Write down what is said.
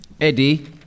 Eddie